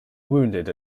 wounded